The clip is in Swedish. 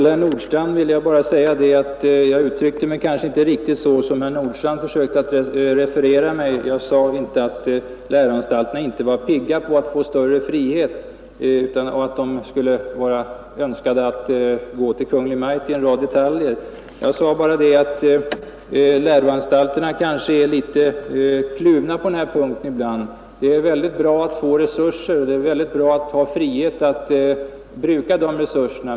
Herr talman! Jag uttryckte mig kanske inte riktigt så som herr Nordstrandh försökte referera mig. Jag sade inte att läroanstalterna inte skulle vara pigga på att få större frihet och att de önskade att gå till Kungl. Maj:t i en rad detaljer. Jag sade bara att läroanstalterna på den här punkten ibland kanske är litet kluvna. Det är bra att få resurser och att ha frihet att bruka dessa.